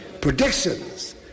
Predictions